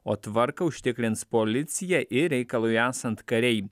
o tvarką užtikrins policija ir reikalui esant kariai